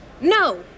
No